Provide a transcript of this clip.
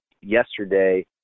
yesterday